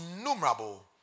innumerable